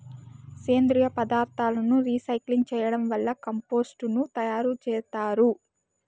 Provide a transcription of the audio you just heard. సేంద్రీయ పదార్థాలను రీసైక్లింగ్ చేయడం వల్ల కంపోస్టు ను తయారు చేత్తారు